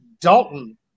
Dalton